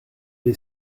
est